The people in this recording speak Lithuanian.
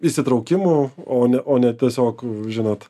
įsitraukimu o ne o ne tiesiog žinot